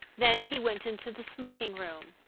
then he went into the smoking-room.